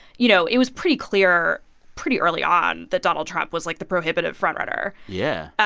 you know, it was pretty clear pretty early on that donald trump was, like, the prohibitive front-runner yeah.